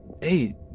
Hey